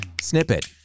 Snippet